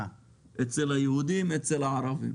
נגיד ייצור אנרגיות מתחדשות אצל היהודים ואצל הערבים.